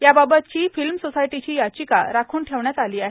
याबाबतची फिल्म सोसायटीची याचिका राखून ठेवण्यात आली आहे